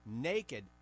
Naked